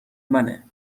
منه